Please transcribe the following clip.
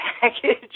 package